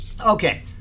Okay